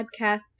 podcasts